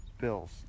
Bills